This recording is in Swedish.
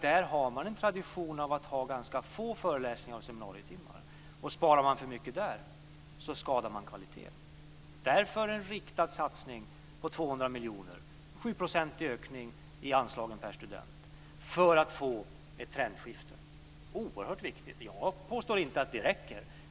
Där har man av tradition ganska få föreläsningar och seminarietimmar. Sparar man för mycket där skadar man kvaliteten. Därför är en riktad satsning på 200 miljoner, en sjuprocentig ökning av anslagen per student för att få ett trendskifte, oerhört viktig. Jag påstår inte att det räcker.